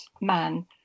man